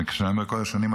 וכשאני אומר "כל השנים",